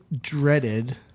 dreaded